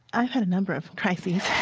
i've had a number of crises